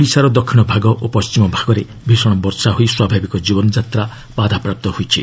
Odisha rain ଓଡ଼ିଶାର ଦକ୍ଷିଣ ଭାଗ ଓ ପଶ୍ଚିମ ଭାଗରେ ଭିଷଣ ବର୍ଷା ହୋଇ ସ୍ୱାଭାବିକ ଜୀବନଯାତ୍ରା ବାଧାପ୍ରାପ୍ତ ହୋଇଛି